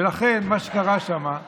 ולכן, מה שקרה שם הוא